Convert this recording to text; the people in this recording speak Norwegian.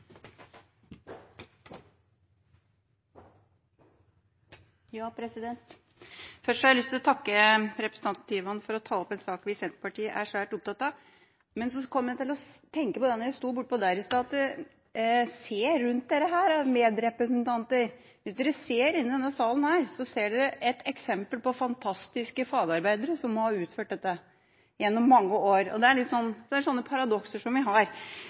Først har jeg lyst til å takke representanten Tyvand for å ta opp en sak vi i Senterpartiet er svært opptatt av. Jeg kom til å tenke på noe da jeg stod der borte i stad. Se rundt dere, medrepresentanter. Hvis dere ser rundt dere i denne salen, ser dere eksempler på fantastisk fagarbeid, som har vært utført gjennom mange år. Det er slike paradokser vi har, som jeg bare måtte nevne for dere, slik at dere legger merke til det.